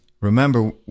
Remember